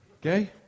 Okay